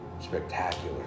Spectacular